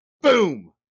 boom